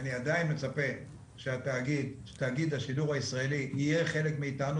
אני עדיין מצפה שתאגיד השידור הישראלי יהיה חלק מאיתנו,